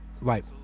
right